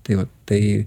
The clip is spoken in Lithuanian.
tai va tai